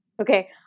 Okay